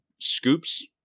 scoops